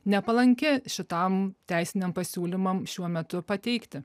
nepalanki šitam teisiniam pasiūlymam šiuo metu pateikti